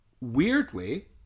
Weirdly